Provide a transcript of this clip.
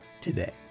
today